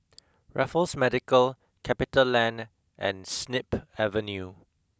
Raffles Medical Capital Land and Snip Avenue